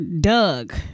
Doug